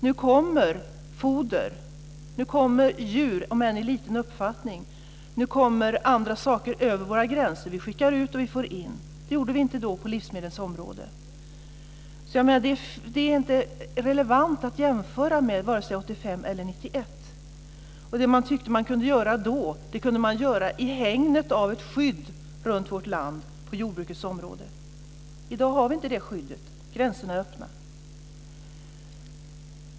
Nu kommer foder och djur, om än i liten omfattning, och nu kommer andra saker över våra gränser. Vi skickar ut och vi får in. Det gjorde vi inte då på livsmedelsområdet. Det är inte relevant att jämföra med vare sig 1985 eller 1991. Det man tyckte att man kunde göra då kunde man göra i hägnet av ett skydd runt vårt land på jordbrukets område. I dag har vi inte det skyddet. Gränserna är öppna.